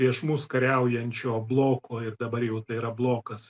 prieš mus kariaujančio bloko ir dabar jau tai yra blokas